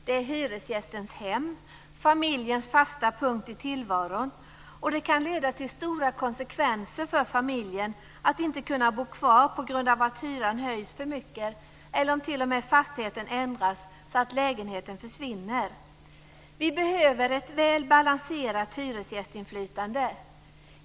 Det handlar om hyresgästens hem, familjens fasta punkt i tillvaron, och det kan leda till stora konsekvenser för familjen att inte kunna bo kvar på grund av att hyran höjs för mycket eller om t.o.m. fastigheten ändras så att lägenheten försvinner. Vi behöver ett väl balanserat hyresgästinflytande.